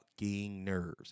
nerves